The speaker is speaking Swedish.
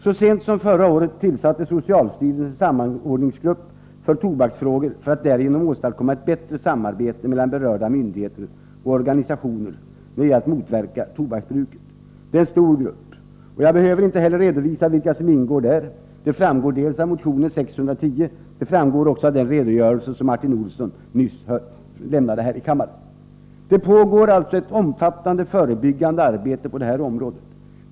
Så sent som förra året tillsatte socialstyrelsen en samordningsgrupp för 5 BR vg tobaksfrågor för att åstadkomma bättre samarbete mellan berörda myndigheter och organisationer för att motverka tobaksbruket. Det är en stor grupp. Jag behöver inte heller redovisa vilka som ingår där. Det framgår av ME Krages Gang av tobak och öl motion 610 och den redogörelse Martin Olsson nyss lämnade här i kammaren. Det pågår ett omfattande förebyggande arbete på detta område.